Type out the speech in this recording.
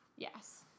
Yes